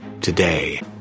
Today